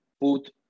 put